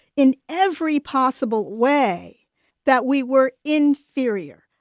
in every possible way that we were inferior,